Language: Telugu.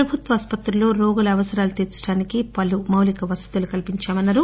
ప్రభుత్వ ఆస్పత్రుల్లో రోగుల అవసరాలను తీర్చడానికి పలు మౌలిక వసతులు కల్పిందామన్నారు